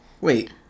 Wait